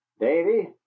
Davy